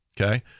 Okay